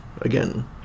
again